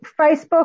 Facebook